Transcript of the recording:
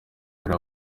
mbere